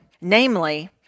namely